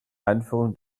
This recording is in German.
einführung